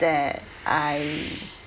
that I